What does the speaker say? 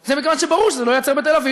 היא מכיוון שברור שזה לא ייעצר בתל-אביב.